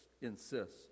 insists